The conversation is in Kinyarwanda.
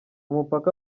mupaka